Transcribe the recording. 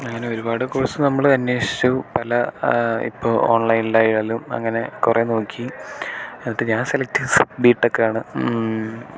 അങ്ങനെ ഒരുപാട് കോഴ്സ് നമ്മൾ അന്വേഷിച്ചു പല ഇപ്പോൾ ഓൺലൈനിലായാലും അങ്ങനെ കുറേ നോക്കി എന്നിട്ട് ഞാൻ സെലക്ട് ചെയ്തത് ബിടെക് ആണ്